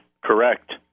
Correct